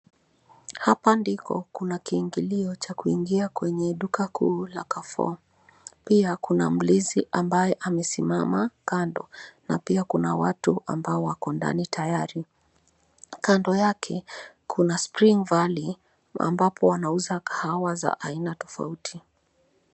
Hapa ndiko kuna kiingilio cha kuingia kwenye duka kuu la Carrefour. Pia kuna mkinzi ambaye amesimama kando na pia kuna watu ambao wako ndani tayari. Kando yake kuna Springvalley ambapo wanauza kahawa za aina tofauti.